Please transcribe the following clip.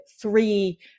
three